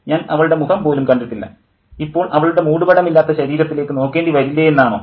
ഞാൻ അവളുടെ മുഖം പോലും കണ്ടിട്ടില്ല ഇപ്പോൾ അവളുടെ മൂടുപടമില്ലാത്ത ശരീരത്തിലേക്ക് നോക്കേണ്ടി വരില്ലേ എന്നാണോ